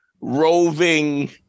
roving